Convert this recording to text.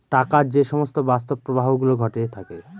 টাকার যে সমস্ত বাস্তব প্রবাহ গুলো ঘটে থাকে